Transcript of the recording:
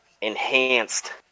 enhanced